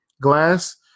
glass